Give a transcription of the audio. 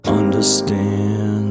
understand